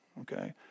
Okay